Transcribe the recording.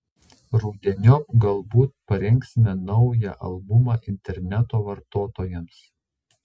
rudeniop galbūt parengsime naują albumą interneto vartotojams